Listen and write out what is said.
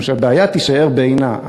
משום שהבעיה תישאר בעינה.